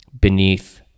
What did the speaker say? beneath